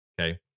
Okay